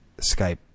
Skype